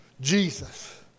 Jesus